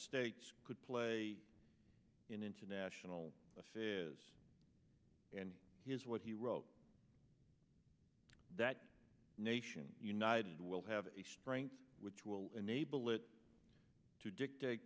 states could play in international affairs and here's what he wrote that nation united will have a strength which will enable it to dictate